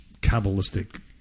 Kabbalistic